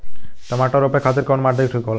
टमाटर रोपे खातीर कउन माटी ठीक होला?